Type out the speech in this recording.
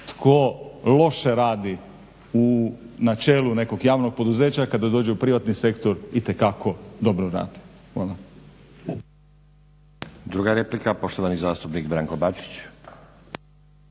tko loše radi u načelu nekog javnog poduzeća kada dođe u privatni sektor itekako dobro radi.